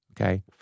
okay